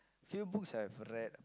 few books I've read